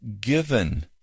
given